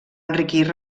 enriquir